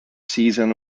season